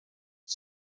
del